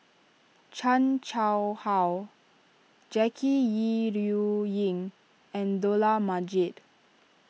Chan Chang How Jackie Yi Ru Ying and Dollah Majid